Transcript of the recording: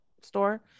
store